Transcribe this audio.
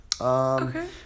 Okay